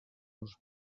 uns